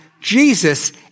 Jesus